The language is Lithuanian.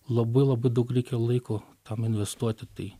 labai labai daug reikia laiko tam investuoti tai